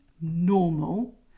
normal